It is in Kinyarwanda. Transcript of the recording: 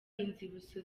inzibutso